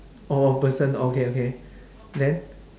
orh person okay okay then